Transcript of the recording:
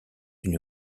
une